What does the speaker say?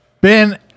Ben